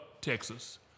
Texas